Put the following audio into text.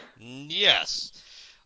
Yes